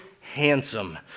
handsome